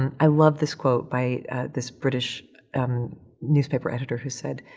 i love this quote by this british newspaper editor who said,